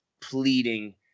pleading